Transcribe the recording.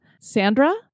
Sandra